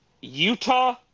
Utah